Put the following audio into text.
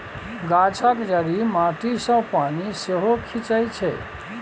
गाछक जड़ि माटी सँ पानि सेहो खीचई छै